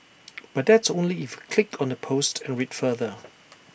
but that's only if click on the post and read further